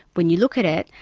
when you look at it,